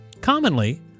Commonly